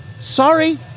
Sorry